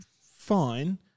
fine